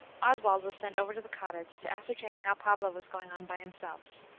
oswald was sent over to the cottage, to ascertain how pablo was going on by himself.